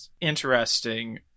interesting